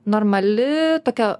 normali tokia